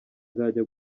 nzajya